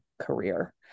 career